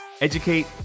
educate